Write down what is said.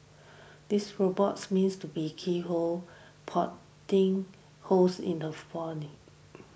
these robots meant to be keyhole holes in the body